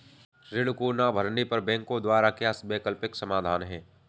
ऋण को ना भरने पर बैंकों द्वारा क्या वैकल्पिक समाधान हैं?